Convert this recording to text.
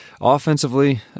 offensively